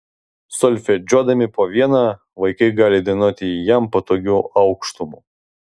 solfedžiuodami po vieną vaikai gali dainuoti jam patogiu aukštumu